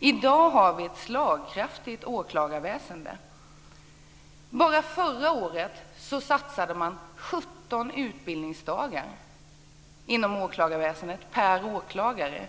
I dag har vi ett slagkraftigt åklagarväsende. Bara förra året satsade man på 17 utbildningsdagar inom åklagarväsendet per åklagare.